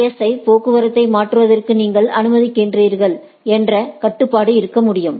S ஸை போக்குவரத்தை மாற்றுவதற்கு நீங்கள் அனுமதிக்கிறீர்கள் என்ற கட்டுப்பாடு இருக்க முடியும்